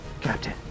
Captain